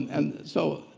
and so